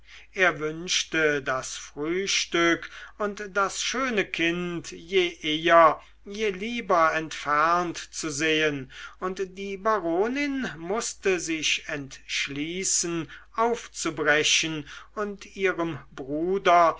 er wünschte das schöne kind und das frühstück je eher je lieber entfernt zu sehen und die baronin mußte sich entschließen aufzubrechen und ihrem bruder